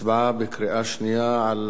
הצבעה בקריאה שנייה על